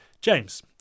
James